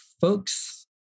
Folks